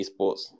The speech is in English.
eSports